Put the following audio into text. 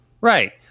Right